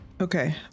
Okay